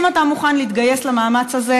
האם אתה מוכן להתגייס למאמץ הזה,